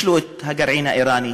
יש לו את הגרעין האיראני,